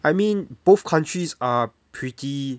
I mean both countries are pretty